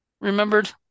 remembered